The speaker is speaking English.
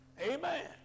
Amen